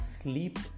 sleep